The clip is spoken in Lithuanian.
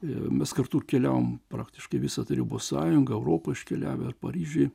ir mes kartu keliavom praktiškai visa tarybų sąjunga europa iškeliavę paryžiuje